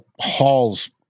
Hall's